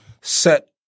set